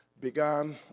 began